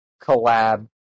collab